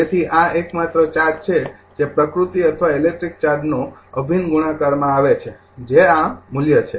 તેથી આ એકમાત્ર ચાર્જ છે જે પ્રકૃતિ અથવા ઇલેક્ટ્રોન ચાર્જનો અભિન્ન ગુણાકારમાં આવે છે જે આ મૂલ્ય છે